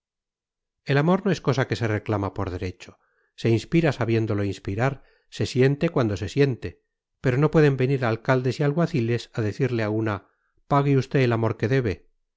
el amor no es cosa que se reclama por derecho se inspira sabiéndolo inspirar se siente cuando se siente pero no pueden venir alcaldes y alguaciles a decirle a una pague usted el amor que debe